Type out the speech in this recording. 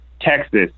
Texas